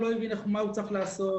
לא כולם מבינים מה הם צריכים לעשות,